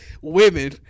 women